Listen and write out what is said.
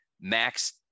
Max